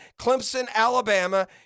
Clemson-Alabama